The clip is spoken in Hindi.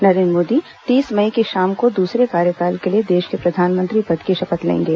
नरेन्द्र मोदी तीस मई की शाम को दूसरे कार्यकाल के लिए देश के प्रधानमंत्री पद की शपथ लेंगे